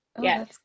Yes